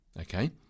Okay